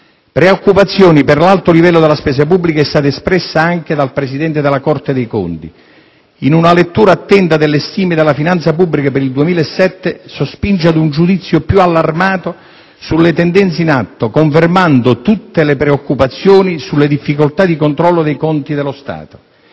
Preoccupazione per l'alto livello della spesa pubblica è stata espressa anche dal Presidente della Corte dei conti, in «una lettura attenta delle stime di finanza pubblica per il 2007 sospinge ad un giudizio più allarmato sulle tendenze in atto, confermando tutte le preoccupazioni sulle difficoltà di controllo dei conti dello Stato».